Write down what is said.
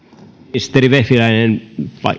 ministeri vehviläinen